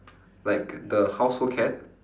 like the household cat